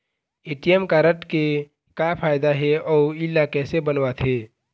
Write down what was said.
ATM card के का फायदा हे अऊ इला कैसे बनवाथे?